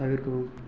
தவிர்க்கவும்